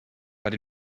but